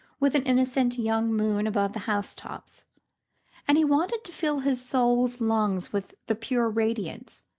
with an innocent young moon above the house-tops and he wanted to fill his soul's lungs with the pure radiance,